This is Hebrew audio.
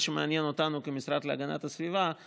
מה שמעניין אותנו כמשרד להגנת הסביבה הוא